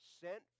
sent